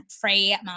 free